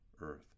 earth